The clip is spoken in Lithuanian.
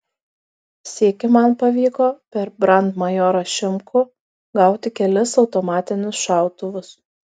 sykį man pavyko per brandmajorą šimkų gauti kelis automatinius šautuvus